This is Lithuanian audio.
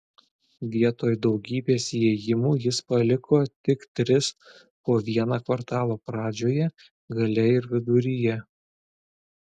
vietoj daugybės įėjimų jis paliko tik tris po vieną kvartalo pradžioje gale ir viduryje